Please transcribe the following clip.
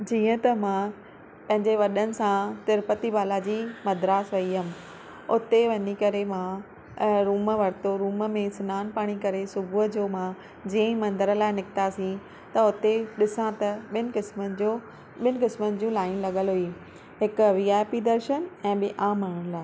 जीअं त मां पंहिंजे वॾनि सां तिरुपति बालाजी मद्रास वई हुयमि उते वञी करे मां रूम वरितो रूम में सनानु पाणी करे सुबुह जो मां जीअं ई मंदरु लाइ निकितासीं त हुते ॾिसां त ॿिन्हीं क़िस्मनि जूं लाइन लॻल हुई हिकु वी आई पी दर्शन ऐं ॿिए आम माण्हुनि लाइ